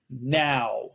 now